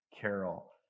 Carol